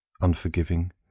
unforgiving